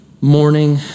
morning